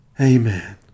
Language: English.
amen